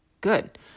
good